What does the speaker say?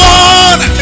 one